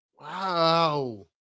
Wow